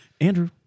Andrew